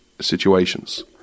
situations